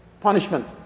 punishment